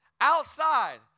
outside